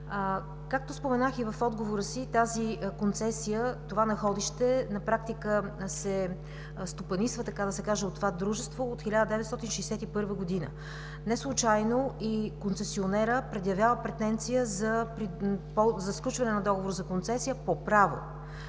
Както споменах и в отговора си, тази концесия, това находище на практика се стопанисва, така да се каже, от това дружество от 1961 г. Неслучайно и концесионерът предявява претенция за сключване на договор за концесия по право.